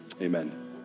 Amen